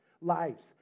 lives